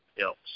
else